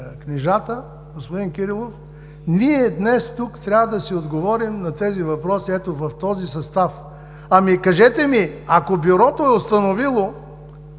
книжата, господин Кирилов, ние днес тук трябва да си отговорим на тези въпроси в този състав. Кажете ми, ако Бюрото е установило